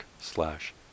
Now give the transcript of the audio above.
slash